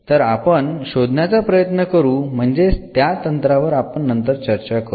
तर आपण शोधण्याचा प्रयत्न करू म्हणजेच त्या तंत्रावर आपण नंतर चर्चा करू